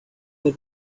were